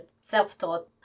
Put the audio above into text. self-taught